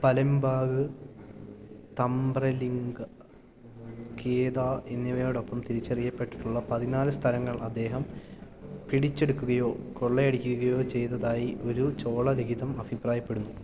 Palembang Tambralinga Kedah എന്നിവയോടൊപ്പം തിരിച്ചറിയപ്പെട്ടിട്ടുള്ള പതിനാലു സ്ഥലങ്ങൾ അദ്ദേഹം പിടിച്ചെടുക്കുകയോ കൊള്ളയടിക്കുകയോ ചെയ്തതായി ഒരു ചോള ലിഖിതം അഭിപ്രായപ്പെടുന്നു